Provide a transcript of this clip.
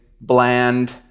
bland